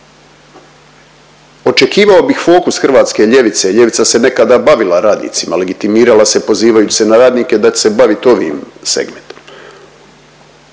Očekivao bih fokus hrvatske ljevice, ljevica se nekada bavila radnicima, legitimirala se pozivajući se na radnike da će se bavit ovim segmentom.